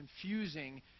confusing